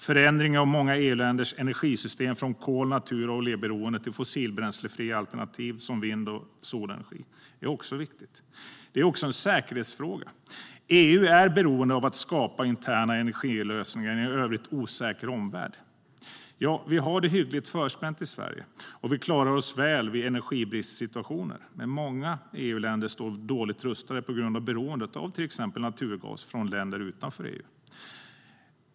Förändringen av många EU-länders energisystem från kol-, naturgas och oljeberoende till fossilbränslefria alternativ som vind och solenergi är också viktig. Detta är också en säkerhetsfråga, eftersom EU är beroende av att skapa interna energilösningar i en i övrigt osäker omvärld. Vi har det hyggligt förspänt i Sverige och klarar oss väl vid energibristsituationer, men många EU-länder står dåligt rustade på grund av beroendet av till exempel naturgas från länder utanför EU.